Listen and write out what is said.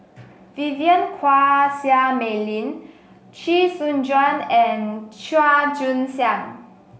Vivien Quahe Seah Mei Lin Chee Soon Juan and Chua Joon Siang